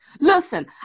Listen